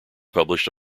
published